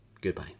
Goodbye